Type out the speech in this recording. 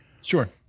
Sure